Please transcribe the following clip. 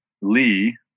Lee